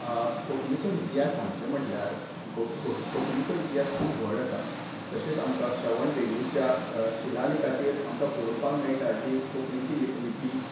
कोंकणीचो इतिहास सांगचे म्हणल्यार को कोट कोंकणीचो इतिहास खूब व्हड आसा तशेंच आमकां श्रवण बँगोळच्या शिलालेखाचेर आमकां पळोवपाक जी कोंकणीची लिपी